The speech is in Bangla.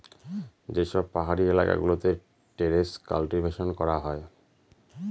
যে সব পাহাড়ি এলাকা গুলোতে টেরেস কাল্টিভেশন করা হয়